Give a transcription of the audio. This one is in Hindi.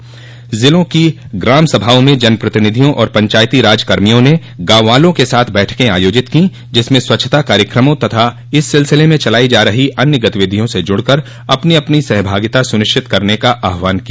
सभी जिलों की ग्राम सभाओं में जनप्रतिनिधियों और पंचायती राज कर्मियों ने गॉव वालों के साथ बैठके आयोजित कीं जिसमें स्वच्छता कार्यक्रमों तथा इस सिलसिले में चलायी जा रही अन्य गतिविधियों से जुड़कर अपनी अपनी सहभागिता सुनिश्चित करने का आहवान किया